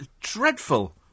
Dreadful